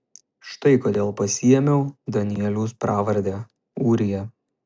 štai kodėl pasiėmiau danieliaus pravardę ūrija